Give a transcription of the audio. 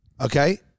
Okay